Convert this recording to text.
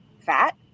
fat